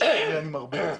עכשיו למי אני מרביץ,